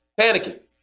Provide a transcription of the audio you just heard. Panicking